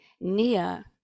Nia